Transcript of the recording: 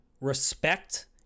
respect